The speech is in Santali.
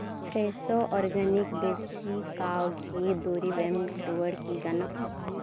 ᱯᱷᱨᱮᱥᱳ ᱚᱨᱜᱟᱱᱤᱠ ᱫᱮᱥᱤ ᱠᱟᱣ ᱜᱷᱤ ᱫᱩᱨᱤᱵ ᱮᱢ ᱨᱩᱣᱟᱹᱲ ᱠᱤ ᱜᱟᱱᱚᱜᱼᱟ